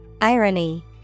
Irony